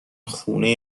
خونه